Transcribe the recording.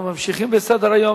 אנחנו ממשיכים בסדר-היום,